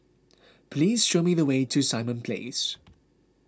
please show me the way to Simon Place